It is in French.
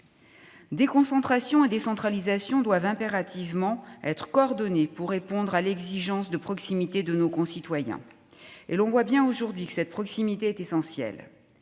Déconcentration et décentralisation doivent impérativement être coordonnées pour répondre à l'exigence de proximité de nos concitoyens. Nous voyons bien à quel point cette proximité est essentielle.